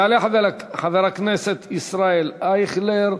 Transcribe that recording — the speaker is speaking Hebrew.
יעלה חבר הכנסת ישראל אייכלר,